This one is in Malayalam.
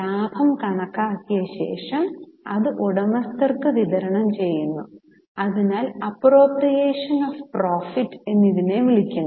ലാഭം കണക്കാക്കിയതിനുശേഷം ഇത് ഉടമസ്ഥർക്ക് വിതരണം ചെയ്യുന്നു അതിനാൽ അപ്പ്രോപ്രിയേഷൻ ഓഫ് പ്രോഫിറ്റ് എന്ന് ഇതിനെ വിളിക്കുന്നു